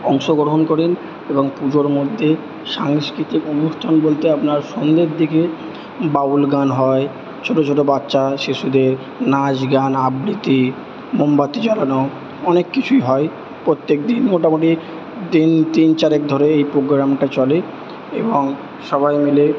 অংশগ্রহণ করেন এবং পুজোর মধ্যে সাংস্কৃতিক অনুষ্ঠান বলতে আপনার সন্ধের দিকে বাউল গান হয় ছোটো ছোটো বাচ্চা শিশুদের নাচ গান আবৃতি মোমবাতি জ্বালানো অনেক কিছুই হয় প্রত্যেক দিন মোটামুটি দিন তিন চারেক ধরে এই প্রোগ্রামটা চলে এবং সবাই মিলে